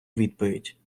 відповідь